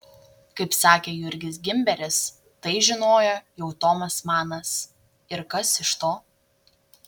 kaip sakė jurgis gimberis tai žinojo jau tomas manas ir kas iš to